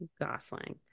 Gosling